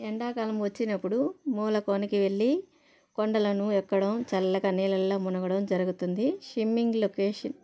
ఎండాకాలం వచ్చినప్పుడు మూలకోనకి వెళ్ళి కొండలను ఎక్కడం చల్లగా నీళ్ళలో మునగడం జరుగుతుంది షిమ్మింగ్ లోకేషన్